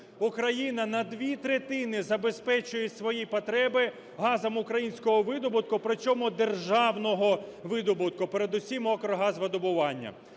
Україна на дві третини забезпечує свої потреби газом українського видобутку, при чому державного видобутку, передусім "Укргазвидобування".